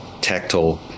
tactile